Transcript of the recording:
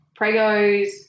pregos